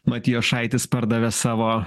matijošaitis pardavė savo